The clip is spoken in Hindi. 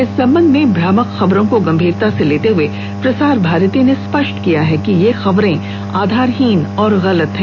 इस संबंध में भ्रामक खबरों को गंभीरता से लेते हुए प्रसार भारती ने स्पष्ट किया है कि ये खबरें आधारहीन और गलत हैं